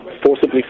forcibly